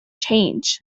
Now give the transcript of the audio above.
change